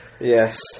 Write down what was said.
Yes